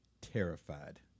Terrified